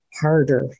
harder